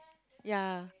yeah